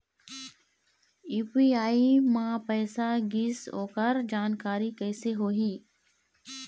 UPI म पैसा गिस ओकर जानकारी कइसे होही?